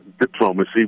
diplomacy